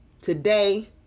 today